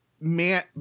man